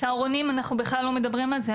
צהרונים אנחנו בכלל לא מדברים על זה,